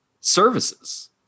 services